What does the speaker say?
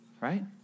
Right